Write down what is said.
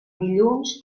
dilluns